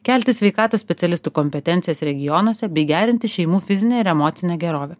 kelti sveikatos specialistų kompetencijas regionuose bei gerinti šeimų fizinę ir emocinę gerovę